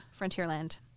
Frontierland